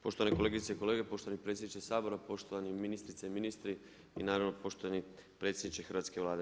Poštovane kolegice i kolege, poštovani predsjedniče Sabora, poštovani ministrice i ministri i naravno poštovani predsjedniče hrvatske Vlade.